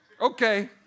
Okay